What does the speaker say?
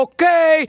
Okay